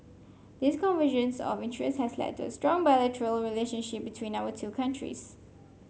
this convergence of interest has led to strong bilateral relationship between our two countries